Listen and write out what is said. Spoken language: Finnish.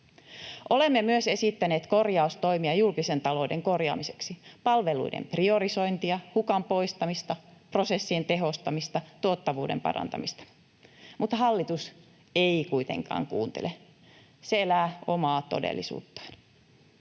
Olemme myös esittäneet korjaustoimia julkisen talouden korjaamiseksi — palveluiden priorisointia, hukan poistamista, prosessien tehostamista, tuottavuuden parantamista — mutta hallitus ei kuitenkaan kuuntele, se elää omaa todellisuuttaan.